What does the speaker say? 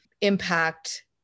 impact